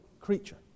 creature